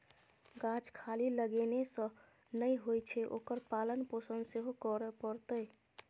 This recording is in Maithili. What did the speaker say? गाछ खाली लगेने सँ नै होए छै ओकर पालन पोषण सेहो करय पड़तै